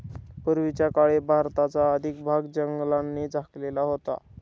पूर्वीच्या काळी भारताचा अधिक भाग जंगलांनी झाकलेला होता